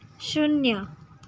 શૂન્ય